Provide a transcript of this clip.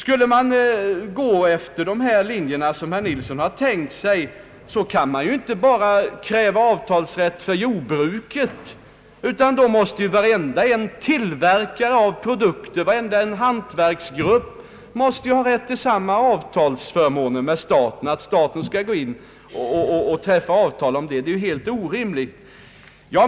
Skulle man gå efter de linjer som herr Ferdinand Nilsson har tänkt sig, kunde man ju inte bara kräva avtalsrätt för jordbruket, utan då måste varje tillverkare av produkter, varenda hantverksgrupp ha rätt till samma avtalsförmåner, dvs. att staten skall gå in och träffa avtal med dem. Det är helt orimligt.